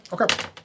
Okay